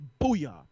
booyah